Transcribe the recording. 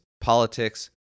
politics